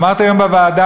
אמרתי היום בוועדה,